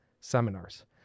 seminars